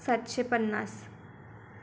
सातशे पन्नास